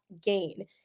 gain